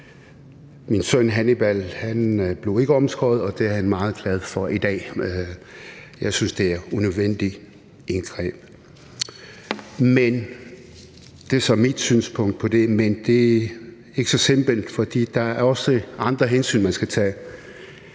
Min søn Hannibal blev ikke omskåret, og det er han meget glad for i dag. Jeg synes, det er et unødvendigt indgreb, men det er så mit synspunkt på det. Men det er ikke så simpelt, for der er også andre hensyn, man skal tage.